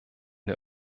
der